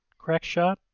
crackshot